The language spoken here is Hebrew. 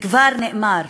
וכבר נאמר: